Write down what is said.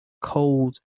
cold